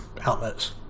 outlets